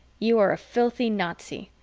you are a filthy nazi.